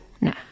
No